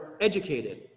educated